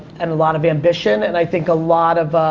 and a lot of ambition, and i think a lot of,